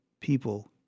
people